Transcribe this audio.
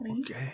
okay